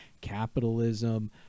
capitalism